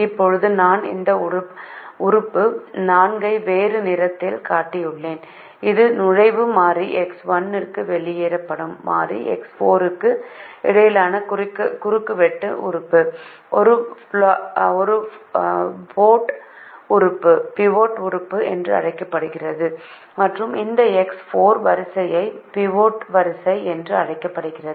இப்போது நான் இந்த உறுப்பு 4 ஐ வேறு நிறத்தில் காட்டியுள்ளேன் இது நுழைவு மாறி X1 க்கும் வெளியேறும் மாறி X4 க்கும் இடையிலான குறுக்குவெட்டு உறுப்பு ஒரு பிவோட் உறுப்பு என்றும் அழைக்கப்படுகிறது மற்றும் இந்த எக்ஸ் 4 வரிசை பிவோட் வரிசை என்று அழைக்கப்படுகிறது